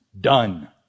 done